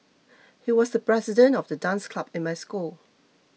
he was the president of the dance club in my school